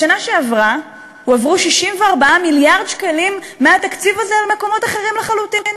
בשנה שעברה הועברו 64 מיליארד שקלים מהתקציב הזה למקומות אחרים לחלוטין.